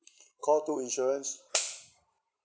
call two insurance